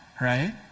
right